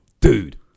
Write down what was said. dude